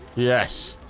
yes